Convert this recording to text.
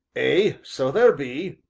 ay, so there be.